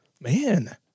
Man